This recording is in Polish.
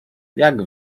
jak